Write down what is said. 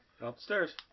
Upstairs